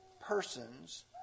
persons